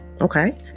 Okay